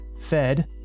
fed